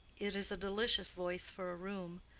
it is a delicious voice for a room.